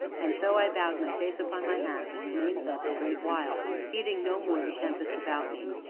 and so i bowed my face upon my hands, and remained thus a great while, heeding no more the tempest about me.